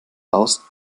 baust